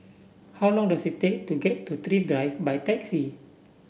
how long does it take to get to Thrift Drive by taxi